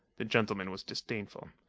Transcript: the gentleman was disdainful.